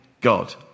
God